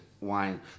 wine